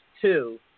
two